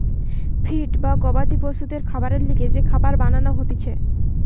feed বা গবাদি পশুদের খাবারের লিগে যে খাবার বানান হতিছে